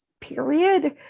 period